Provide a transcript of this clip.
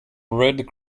red